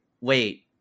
wait